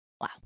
Wow